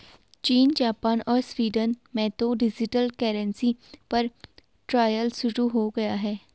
चीन, जापान और स्वीडन में तो डिजिटल करेंसी पर ट्रायल शुरू हो गया है